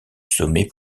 sommet